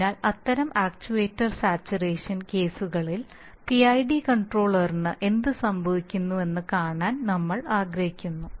അതിനാൽ അത്തരം actuator saturation കേസുകളിൽ PID കൺട്രോളറിന് എന്ത് സംഭവിക്കുമെന്ന് കാണാൻ നമ്മൾ ആഗ്രഹിക്കുന്നു